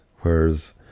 whereas